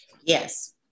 Yes